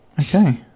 Okay